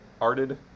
arted